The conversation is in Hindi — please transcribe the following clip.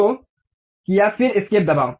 तो किया फिर एस्केप दबाओ